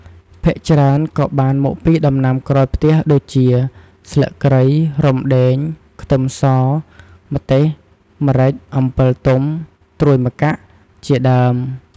ភាគច្រើនក៏បានមកពីដំណាំក្រោយផ្ទះដូចជា ស្លឹកគ្រៃ រំដេង ខ្ទឹមស ម្ទេស ម្រេច អំពិលទុំ ត្រួយម្កាក់ ជាដើម។